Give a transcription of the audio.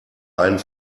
einen